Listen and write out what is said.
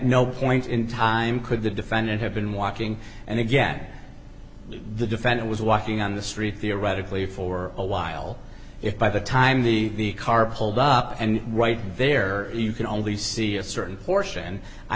no point in time could the defendant have been walking and again the defendant was walking on the street theoretically for a while if by the time the car pulled up and right there you can only see a certain portion i